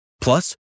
Plus